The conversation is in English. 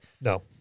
No